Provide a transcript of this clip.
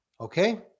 Okay